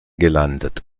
gelandet